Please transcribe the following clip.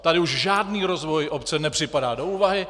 Tady už žádný rozvoj obce nepřipadá do úvahy.